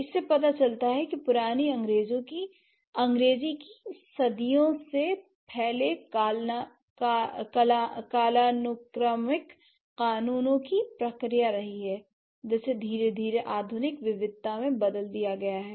इससे पता चलता है कि पुरानी अंग्रेज़ी की सदियों से फैले कालानुक्रमिक कानूनों की एक प्रक्रिया रही है जिसे धीरे धीरे आधुनिक विविधता में बदल दिया गया है